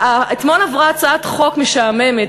אתמול עברה הצעת חוק משעממת,